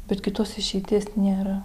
bet kitos išeities nėra